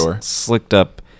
slicked-up